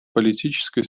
политической